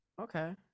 Okay